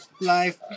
life